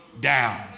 down